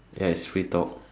ya is free talk